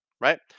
right